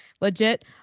Legit